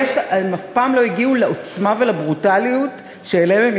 הם אף פעם לא הגיעו לעוצמה ולברוטליות שאליהן הם